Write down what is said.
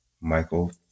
Michael